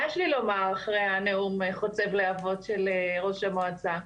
מה יש לי לומר לאחר נאום החוצב להבות של ראש המועצה?